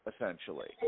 essentially